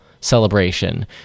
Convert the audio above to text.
celebration